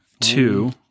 two